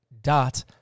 dot